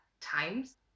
times